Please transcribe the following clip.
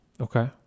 Okay